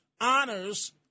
honors